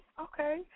okay